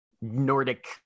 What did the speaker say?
Nordic